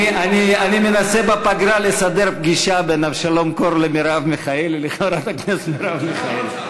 אני מנסה בפגרה לסדר פגישה בין אבשלום קור לבין חברת הכנסת מרב מיכאלי.